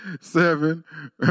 seven